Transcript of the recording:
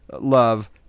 love